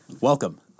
Welcome